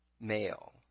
male